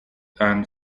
and